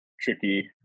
tricky